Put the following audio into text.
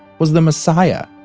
was the messiah.